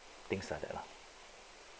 things like that lah